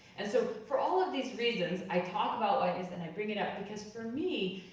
and so for all of these reasons, i talk about whiteness and i bring it up because for me,